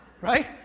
Right